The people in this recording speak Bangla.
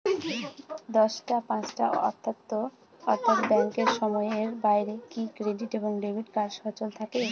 দশটা পাঁচটা অর্থ্যাত ব্যাংকের সময়ের বাইরে কি ক্রেডিট এবং ডেবিট কার্ড সচল থাকে?